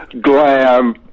glam